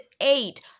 eight